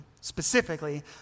specifically